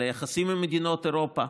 על היחסים עם מדינות אירופה,